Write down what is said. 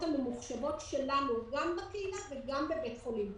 הממוחשבות שלנו גם בקהילה וגם בבית חולים.